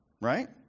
Right